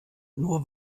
nur